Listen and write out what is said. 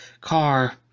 car